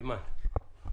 אימאן.